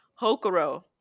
Hokuro